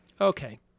Okay